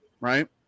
right